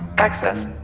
access.